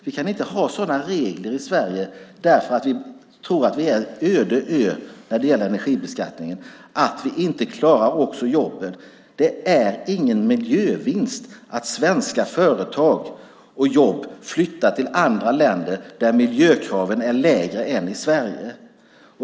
Vi kan inte ha sådana regler i Sverige som om vi vore en öde ö när det gäller energibeskattningen så att vi inte klarar också jobben. Det är ingen miljövinst att svenska företag och jobb flyttar till andra länder där miljökraven är lägre än i Sverige.